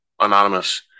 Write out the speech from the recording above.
anonymous